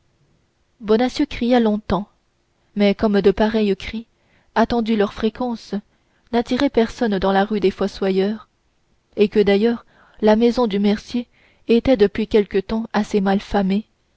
quartier bonacieux cria longtemps mais comme de pareils cris attendu leur fréquence n'attiraient personne dans la rue des fossoyeurs et que d'ailleurs la maison du mercier était depuis quelque temps assez mal famée